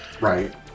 right